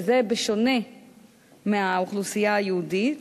וזה בשונה מהאוכלוסייה היהודית.